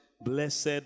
Blessed